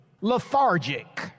lethargic